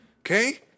okay